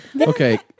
Okay